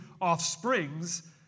offsprings